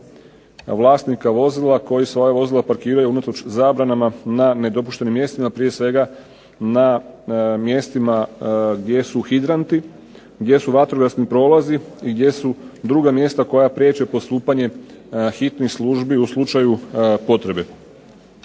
vlasnika vozila koji svoja vozila parkiraju unatoč zabranama na nedopuštenim mjestima, prije svega na mjestima gdje su hidranti, gdje su vatrogasni prolazi i gdje su druga mjesta koja priječe postupanje hitnih službi u slučaju potrebe.